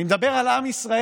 אני מדבר על עם ישראל.